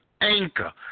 Anchor